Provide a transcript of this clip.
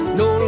no